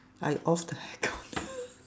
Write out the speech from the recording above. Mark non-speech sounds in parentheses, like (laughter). I off the aircon (laughs)